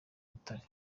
butare